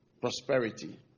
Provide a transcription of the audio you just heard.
prosperity